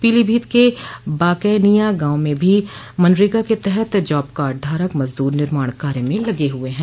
पीलीभीत के बाकैनिया गाँव में भी मनरेगा के तहत जॉब कार्ड धारक मजदूर निर्माण कार्य में लगे हुए हैं